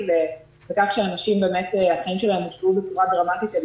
לכך שאנשים באמת החיים שלהם הושפעו בצורה דרמטית.